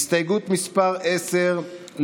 התחלתי טיפול בארבע תרופות קבועות שונות.